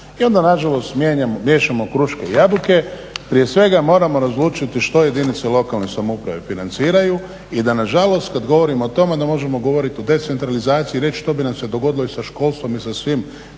i onda nažalost miješamo kruške i jabuke. Prije svega moramo razlučiti što jedinice lokalne samouprave financiraju i da nažalost kada govorimo o tome da možemo govoriti o decentralizaciji i reći što bi nam se dogodilo i sa školstvom i sa svim